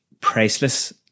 priceless